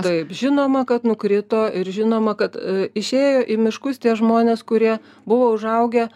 taip žinoma kad nukrito ir žinoma kad išėjo į miškus tie žmonės kurie buvo užaugę